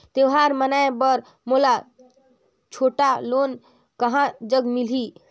त्योहार मनाए बर मोला छोटा लोन कहां जग मिलही?